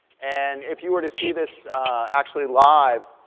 and if you were to see this actually live,